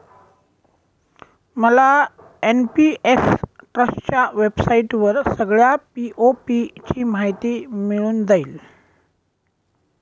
मला एन.पी.एस ट्रस्टच्या वेबसाईटवर सगळ्या पी.ओ.पी ची माहिती मिळून जाईल